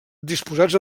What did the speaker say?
disposats